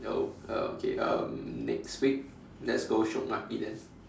oh oh okay um next week let's go shiok maki then